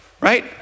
Right